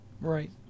Right